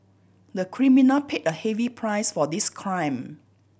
the criminal paid a heavy price for his crime